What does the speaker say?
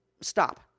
stop